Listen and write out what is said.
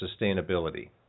sustainability